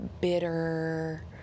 bitter